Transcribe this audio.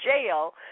jail